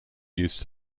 used